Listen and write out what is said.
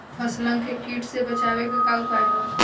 फसलन के कीट से बचावे क का उपाय है?